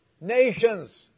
nations